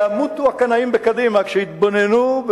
ימותו הקנאים בקדימה כשיתבוננו.